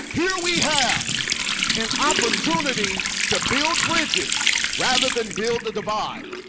here we have an opportunity to build bridges rather than build a divide.